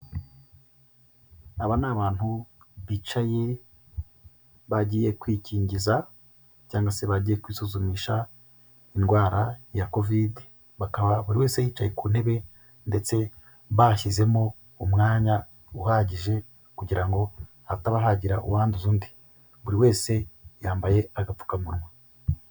Aba ni abantu bicayi bagiye kwikingiza cyangwa se bagiye kwisuzumisha indwara ya Kovide, bakaba buri wese yicaye ku ntebe ndetse bashyizemo umwanya uhagije kugira ngo hataba hagira uwanduza undi, buri wese yambaye agapfukamunwa.